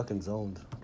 zoned